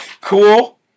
Cool